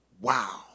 Wow